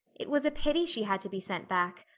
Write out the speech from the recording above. it was a pity she had to be sent back.